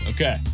Okay